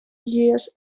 years